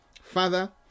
father